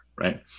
Right